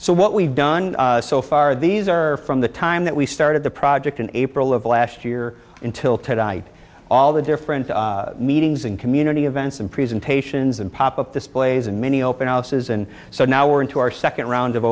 so what we've done so far these are from the time that we started the project in april of last year until tonight all the different meetings and community events and presentations and pop up displays and many open houses and so now we're into our second round of